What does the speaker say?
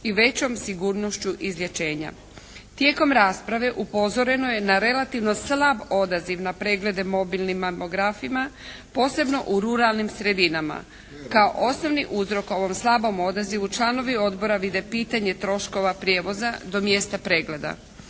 i većom sigurnošću izlječenja. Tijekom rasprave upozoreno je na relativno slab odaziv na preglede mobilnim mamografima posebno u ruralnim sredinama. Kao osnovni uzrok ovom slabom odazivu članovi odbora vide pitanje troškova prijevoza do mjesta pregleda.